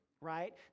right